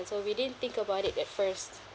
so we didn't think about it at first